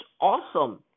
awesome